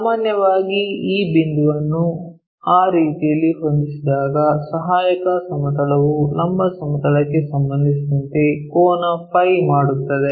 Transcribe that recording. ಸಾಮಾನ್ಯವಾಗಿ ಈ ಬಿಂದುವನ್ನು ಆ ರೀತಿಯಲ್ಲಿ ಹೊಂದಿಸಿದಾಗ ಸಹಾಯಕ ಸಮತಲವು ಲಂಬ ಸಮತಲಕ್ಕೆ ಸಂಬಂಧಿಸಿದಂತೆ ಕೋನ ಫೈ Φ ಮಾಡುತ್ತದೆ